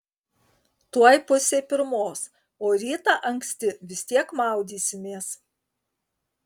tuoj pusė pirmos o rytą anksti vis tiek maudysimės